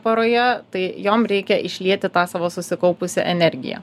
paroje tai jom reikia išlieti tą savo susikaupusią energiją